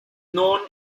known